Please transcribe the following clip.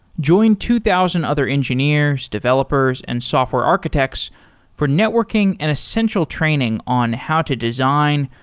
join two thousand other engineers, developers and software architects for networking an essential training on how to design,